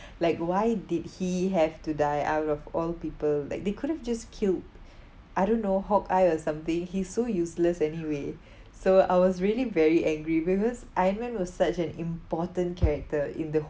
like why did he have to die out of all people like they could've just killed I don't know hawkeye or something he so useless anyway so I was really very angry because iron man was such an important character in the